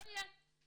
לא יהיה.